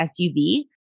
SUV